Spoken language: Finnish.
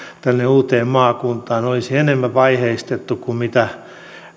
tänne uuteen maakuntaan olisi enemmän vaiheistettu kuin mitä